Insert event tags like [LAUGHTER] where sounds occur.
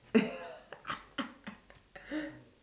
[LAUGHS]